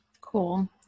Cool